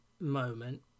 moment